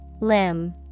Limb